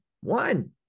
one